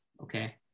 okay